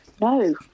No